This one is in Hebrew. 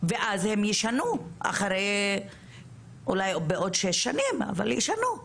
ואז הם ישנו, אחרי אולי בעוד שש שנים, אבל ישנו.